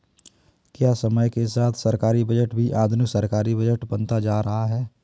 क्या समय के साथ सरकारी बजट भी आधुनिक सरकारी बजट बनता जा रहा है?